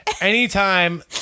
anytime